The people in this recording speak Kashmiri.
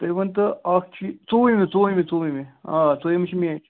تُہۍ ؤنۍتو اَکھ چی ژوٚرمہِ ژوٚرمہِ ژوٚرمہِ آ ژوٚرمہِ چھِ میچ